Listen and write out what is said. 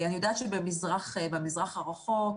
אני יודעת שבמזרח הרחוק,